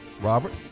Robert